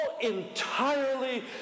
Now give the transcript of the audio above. entirely